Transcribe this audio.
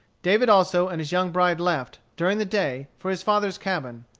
david also and his young bride left, during the day, for his father's cabin.